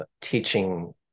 teaching